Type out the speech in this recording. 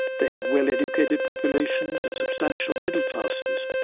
they had well educated populations and substantial middle classes.